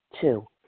Two